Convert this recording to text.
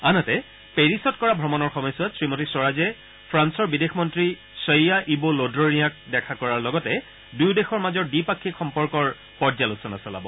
আনহাতে পেৰিচত কৰা ভ্ৰমণৰ সময়ছোৱাত শ্ৰীমতী স্বৰাজে ফ্ৰাণৰ বিদেশ মন্ত্ৰী শইয়া ইব লোদ্ৰৰিয়াঁ দেখা কৰাৰ লগতে দুয়ো দেশৰ মাজৰ দ্বিপাক্ষিক সম্পৰ্কৰ পৰ্যালোচনা চলাব